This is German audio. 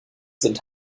sind